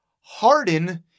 Harden